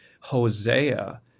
Hosea